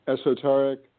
esoteric